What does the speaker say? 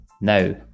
Now